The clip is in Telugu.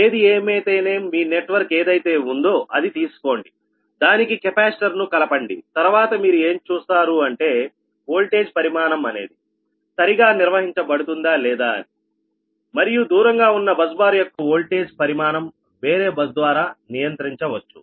ఏది ఏమైతేనేం మీ నెట్వర్క్ ఏదైతే ఉందో అది తీసుకోండి దానికి కెపాసిటర్ ను కలపండి తర్వాత మీరు ఏం చూస్తారు అంటే వోల్టేజ్ పరిమాణం అనేది సరిగా నిర్వహించబడుతుందా లేదా అని మరియు దూరంగా ఉన్న బస్ బార్ యొక్క వోల్టేజ్ పరిమాణం వేరే బస్ ద్వారా నియంత్రించవచ్చు